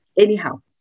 Anyhow